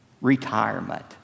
retirement